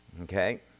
Okay